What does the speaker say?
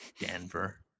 denver